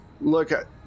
look